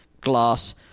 glass